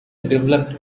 developed